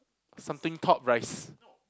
something topped rice